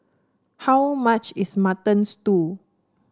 how much is Mutton Stew